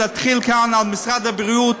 להתחיל כאן על משרד הבריאות,